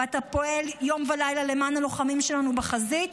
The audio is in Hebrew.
ואתה פועל יום ולילה למען הלוחמים שלנו בחזית,